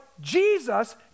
Jesus